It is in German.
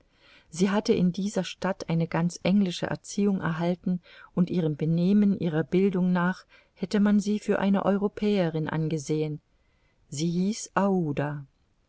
sie hatte in dieser stadt eine ganz englische erziehung erhalten und ihrem benehmen ihrer bildung nach hätte man sie für eine europäerin angesehen sie hieß